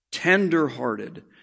Tenderhearted